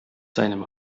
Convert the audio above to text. seinem